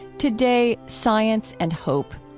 today, science and hope.